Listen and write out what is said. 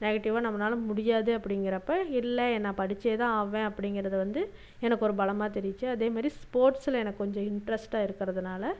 நெகட்டிவாக நம்மனால் முடியாது அப்படிங்கிறப்ப இல்லை எ நான் படித்தே தான் ஆவேன் அப்படிங்கிறது வந்து எனக்கு ஒரு பலமாக தெரிஞ்சு அதேமாரி ஸ்போர்ட்ஸில் எனக்கு கொஞ்சம் இன்ட்ரெஸ்டாக இருக்கிறதுனால